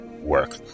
work